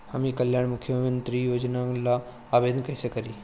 हम ई कल्याण मुख्य्मंत्री योजना ला आवेदन कईसे करी?